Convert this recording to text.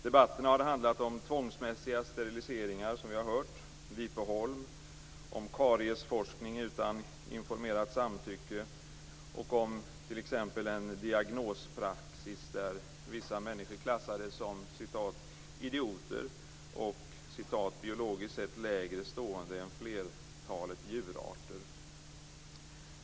Debatterna har handlat om tvångsmässiga steriliseringar, som vi har hört, om Vipeholm, om kariesforskning utan informerat samtycke och om t.ex. en diagnospraxis där vissa människor klassades som "idioter" och "biologiskt sett lägre stående än flertalet djurarter".